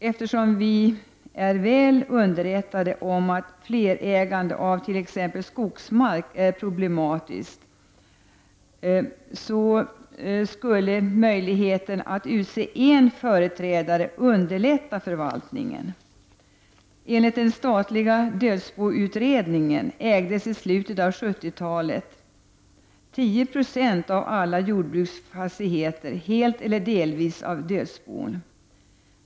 Eftersom vi är väl underrättade om att flerägande av t.ex. skogsmark är problematiskt, skulle möjligheten att utse en företrädare underlätta förvaltningen. Enligt den statliga dödsboutredningen ägdes i slutet av 70-talet 10 96 av alla jordbruksfastigheter helt eller delvis av dödsbon.